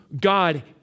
God